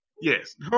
Yes